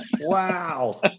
Wow